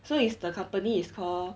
so is the company is called